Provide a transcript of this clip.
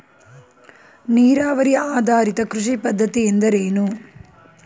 ನೀರಾವರಿ ಆಧಾರಿತ ಕೃಷಿ ಪದ್ಧತಿ ಎಂದರೇನು?